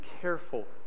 careful